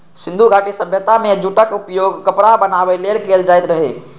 सिंधु घाटी सभ्यता मे जूटक उपयोग कपड़ा बनाबै लेल कैल जाइत रहै